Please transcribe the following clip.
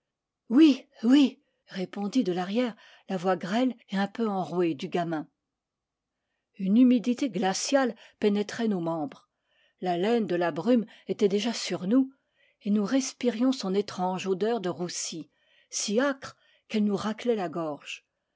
oui oui répondit de l'arrière la voix grêle et un peu enrouée du gamin une humidité glaciale pénétrait nos membres l'haleine de la brume était déjà sur nous et nous respirions son étrange odeur de roussi si âcre qu'elle nous raclait la gorge